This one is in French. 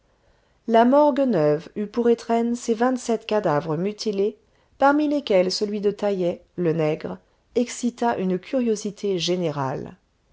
la morgue neuve eut pour étrenne ces vingt-sept cadavres mutilés parmi lesquels celui de taïeh le nègre excita une curiosité générale